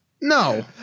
No